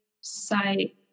site